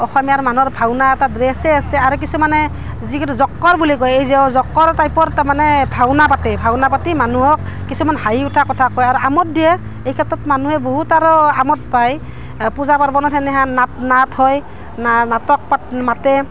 অসমীয়াৰ মানুহৰ ভাওনাৰ এটা ড্ৰেছে আছে আৰু কিছুমানে যিকেইটা জক্কৰ বুলি কয় এই যে অঁ জক্কৰ টাইপৰ তাৰমানে ভাওনা পাতে ভাওনা পাতি মানুহক কিছুমান হাঁহি উঠা কথা কয় আৰু আমোদ দিয়ে এইক্ষেত্ৰত মানুহে বহুত আৰু আমোদ পায় পূজা পাৰ্বণত সেনেহেন নাট নাট হয় নাটক পাত মাতে